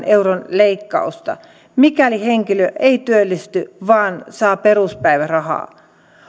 euron leikkausta mikäli henkilö ei työllisty vaan saa peruspäivärahaa